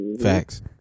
Facts